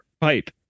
pipe